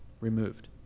removed